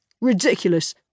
Ridiculous